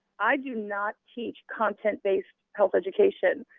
i do not teach content-based health education.